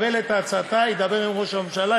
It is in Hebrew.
אדבר עם ראש הממשלה,